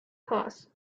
class